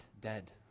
dead